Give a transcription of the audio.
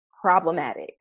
problematic